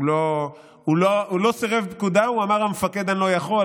הוא לא סירב פקודה, הוא אמר: המפקד, אני לא יכול.